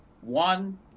one